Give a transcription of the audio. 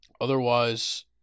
otherwise